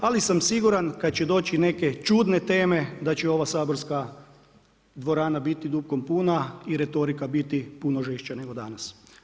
Ali sam siguran kad će doći neke čudne teme da će i ova saborska dvorana biti dupkom puna i retorika biti puno žešća nego danas.